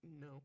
no